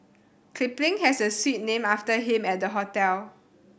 Kipling has a suite named after him at the hotel